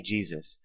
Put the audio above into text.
Jesus